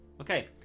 Okay